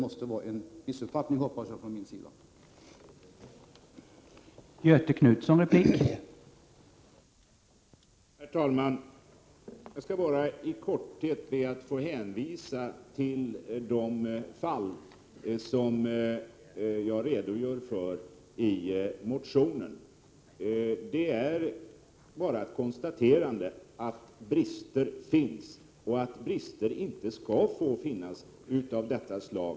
Jag hoppas att det var en missuppfattning.